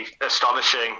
astonishing